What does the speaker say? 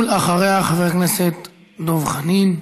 ואחריה, חבר הכנסת דב חנין.